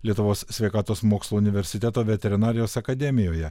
lietuvos sveikatos mokslų universiteto veterinarijos akademijoje